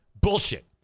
Bullshit